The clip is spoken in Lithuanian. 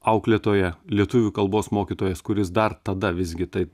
auklėtoja lietuvių kalbos mokytojas kuris dar tada visgi taip